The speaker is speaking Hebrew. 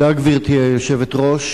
גברתי היושבת-ראש,